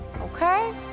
okay